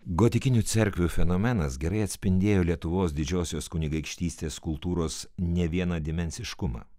gotikinių cerkvių fenomenas gerai atspindėjo lietuvos didžiosios kunigaikštystės kultūros ne vieną dimensiškumą